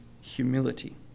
humility